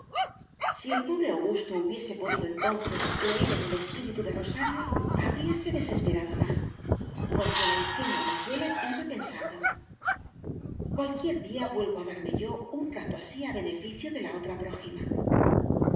si el pobre augusto hubiese podido entonces leer en el espíritu de rosario habríase desesperado más porque la ingenua mozuela iba pensando cualquier día vuelvo a darme yo un rato así a beneficio de la otra